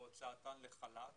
או הוצאתן לחל"ת.